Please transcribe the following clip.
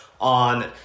on